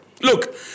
Look